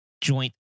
joint